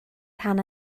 rhan